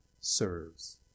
serves